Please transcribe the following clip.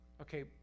okay